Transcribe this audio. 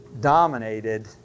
dominated